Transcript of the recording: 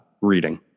reading